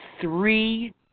three